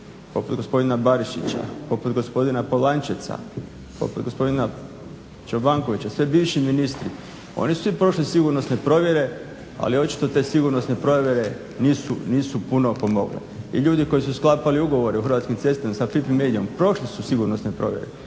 poput gospodina Barišića, poput gospodina POlančeca, poput gospodina Čobankovića sve bivši ministri. Oni su svi prošli sigurnosne provjere ali očito te sigurnosne provjere nisu puno pomogle. I ljudi koji su sklapali ugovore u Hrvatskim cestama sa … Media-om prošli su sigurnosne provjere.